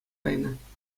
кайнӑ